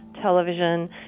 television